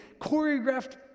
choreographed